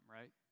right